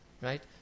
Right